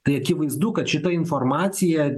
tai akivaizdu kad šita informacija